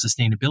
sustainability